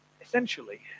essentially